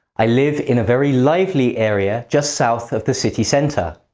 i live in a very lively area just south of the city center.